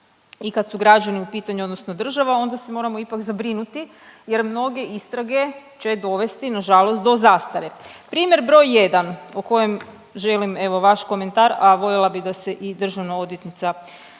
i kad su građani u pitanju odnosno država onda se moramo ipak zabrinuti jer mnoge istrage će dovesti, nažalost do zastare. Primjer broj 1 o kojem želim evo vaš komentar, a voljela bi da se evo i Državna odvjetnica